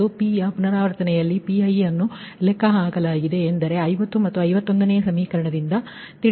ಮತ್ತು pಯ ಪುನರಾವರ್ತನೆಯಲ್ಲಿ Pi ಅನ್ನು ಲೆಕ್ಕಹಾಕಲಾಗಿದೆ ಎಂದರೆ 50 ಮತ್ತು 51ನೇ ಸಮೀಕರಣದಿಂದ ಎಂದು ಲೆಕ್ಕ ಹಾಕಬೇಕಾಗಿದೆ